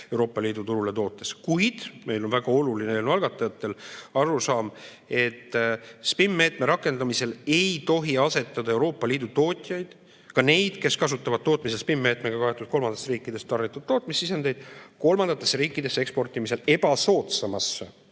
Euroopa Liidu turule tootes. Kuid meil, eelnõu algatajatel, on väga oluline arusaam, et SPIM-meetme rakendamisel ei tohi asetada Euroopa Liidu tootjaid, ka neid, kes kasutavad tootmises SPIM‑meetmega kaetud kolmandatest riikidest tarnitud tootmissisendeid, kolmandatesse riikidesse eksportimisel ebasoodsamasse